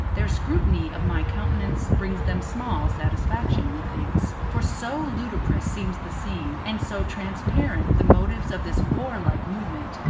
their scrutiny of my countenance brings them small satisfaction, methinks, for so ludicrous seems the scene, and so transparent the motives of this warlike movement,